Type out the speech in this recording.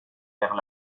vers